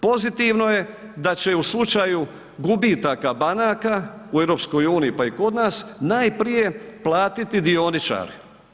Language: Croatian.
Pozitivno je da će u slučaju gubitaka banaka u EU pa i kod nas najprije platiti dioničari.